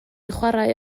chwarae